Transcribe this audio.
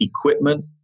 equipment